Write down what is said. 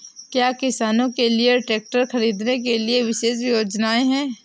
क्या किसानों के लिए ट्रैक्टर खरीदने के लिए विशेष योजनाएं हैं?